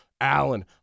Allen